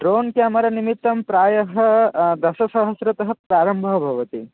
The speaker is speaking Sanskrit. ड्रोन् क्यामरा निमित्तं प्रायः दशसहस्रतः प्रारम्भः भवति